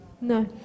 No